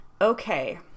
Okay